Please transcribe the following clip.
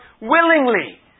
willingly